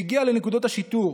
כשהוא הגיע לנקודת השיטור